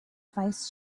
vice